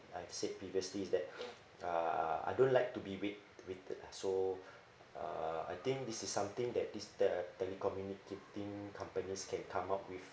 I said previously is that uh I don't like to be wait waited lah so uh I think this is something that is the tele communicating companies can come up with